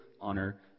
honor